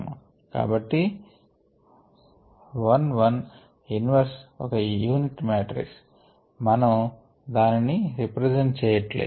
కాబట్టి I I inverse ఒక unity matrix మనము దానిని రెప్రజెంట్ చేయట్లేదు